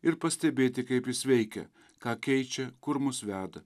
ir pastebėti kaip jis veikia ką keičia kur mus veda